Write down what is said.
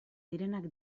direnak